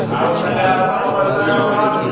ଆଉ ତାହେଲେ ଆଉ କଣ କହିବାର କଣ ଅଛି